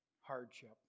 hardship